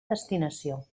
destinació